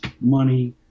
money